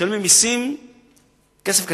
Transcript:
הן משלמות מסים כסף קטן.